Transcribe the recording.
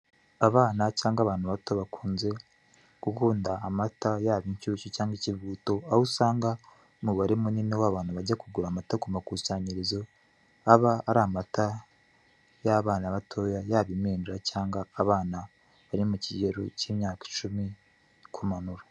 Abana cyangwa abantu bato bakunze gukunda amata, yaba inshyushyu cyangwa ikivuguto, aho usanga umubare munini w'abantu bajya kugura amata ku ikusanyirizo, aba ari amata y'abana bato, yaba impinja cyangwa abana bari mu kigero cy'imyaka icumi kumanura.